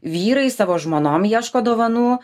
vyrai savo žmonom ieško dovanų